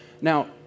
now